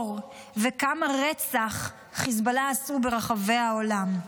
וכמה רצח חיזבאללה עשו ברחבי העולם.